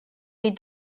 les